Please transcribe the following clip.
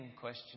question